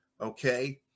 Okay